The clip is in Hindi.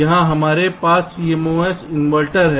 यहाँ हमारे पास CMOS इन्वर्टर है